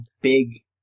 big